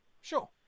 Sure